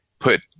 put